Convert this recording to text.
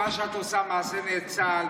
את עושה מעשה נאצל,